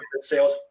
sales